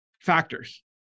factors